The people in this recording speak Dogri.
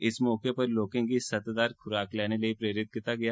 इस मौके उप्पर लोकें गी सतदार खुराक लैने लेई प्रेरित कीता गेआ